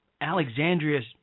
Alexandria's